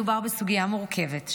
מדובר בסוגיה מורכבת,